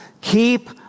Keep